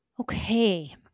Okay